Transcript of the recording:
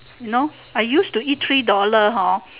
you know I used to eat three dollar hor